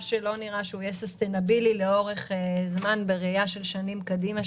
שלא נראה שיהיה סיסטנבילי לאורך זמן בראייה של שנים קדימה,